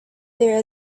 there